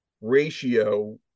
ratio